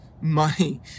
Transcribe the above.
money